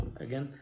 again